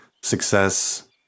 success